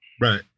Right